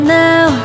now